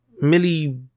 Millie